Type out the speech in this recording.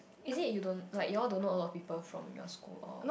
is it you don't like you all don't know a lot of people from your school or